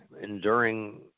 enduring